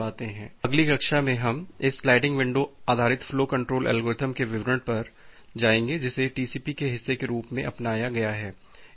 तो अगली कक्षा में हम इस स्लाइडिंग विंडो आधारित फ्लो कंट्रोल एल्गोरिथ्म के विवरण पर जाएंगे जिसे टीसीपी के हिस्से के रूप में अपनाया गया है